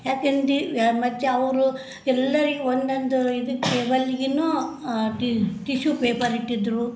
ಯಾಕೆಂದು ಯ ಮತ್ತು ಅವರು ಎಲ್ಲರಿಗೂ ಒಂದೊಂದು ಇದು ಟೇಬಲ್ಲಿಗೆನೂ ಟಿಶ್ಯೂ ಪೇಪರ್ ಇಟ್ಟಿದ್ದರು